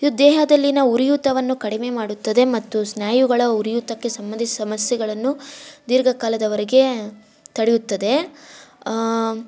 ಇದು ದೇಹದಲ್ಲಿನ ಉರಿಯೂತವನ್ನು ಕಡಿಮೆ ಮಾಡುತ್ತದೆ ಮತ್ತು ಸ್ನಾಯುಗಳ ಉರಿಯೂತಕ್ಕೆ ಸಂಬಂಧಿಸ ಸಮಸ್ಯೆಗಳನ್ನು ದೀರ್ಘಕಾಲದವರೆಗೇ ತಡೆಯುತ್ತದೆ